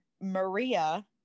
Maria